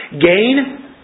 Gain